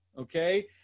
okay